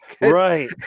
Right